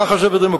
שככה זה בדמוקרטיה.